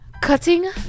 cutting